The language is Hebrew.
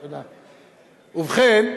ובכן,